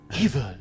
evil